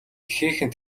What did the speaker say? ихээхэн